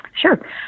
Sure